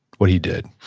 what he did,